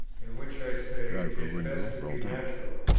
in which i say it is best to be natural,